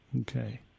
Okay